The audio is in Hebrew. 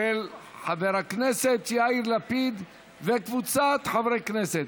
של חבר הכנסת יאיר לפיד וקבוצת חברי הכנסת.